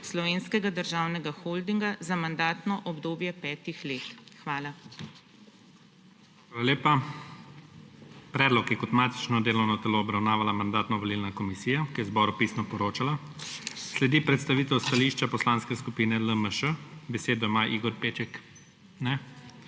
Slovenskega državnega holdinga za mandatno obdobje petih let. Hvala. **PREDSEDNIK IGOR ZORČIČ:** Hvala lepa. Predlog je kot matično delovno telo obravnavala Mandatno-volilna komisija, ki je zboru pisno poročala. Sledi predstavitev stališča Poslanske skupine LMŠ. Besedo ima Igor Peček. Ne.